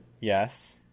yes